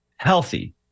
healthy